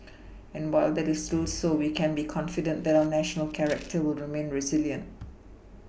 and while that is still so we can be confident that our national character will remain resilient